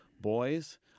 Boys